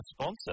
sponsor